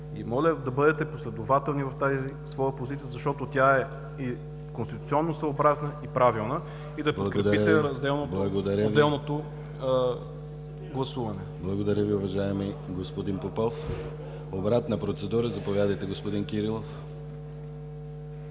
и моля да бъдете последователни в тази своя позиция, защото тя е и конституционно съобразна, и правилна, и да подкрепите отделното гласуване. ПРЕДСЕДАТЕЛ ДИМИТЪР ГЛАВЧЕВ: Благодаря Ви, уважаеми господин Попов. Обратна процедура? Заповядайте, господин Кирилов.